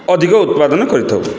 ଅଧିକ ଉତ୍ପାଦନ କରିଥାଉ